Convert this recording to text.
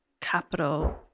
capital